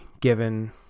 given